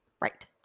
Right